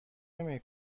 نمی